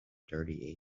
dirty